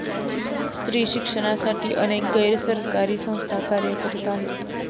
स्त्री शिक्षणासाठी अनेक गैर सरकारी संस्था कार्य करत आहेत